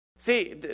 See